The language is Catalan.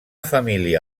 família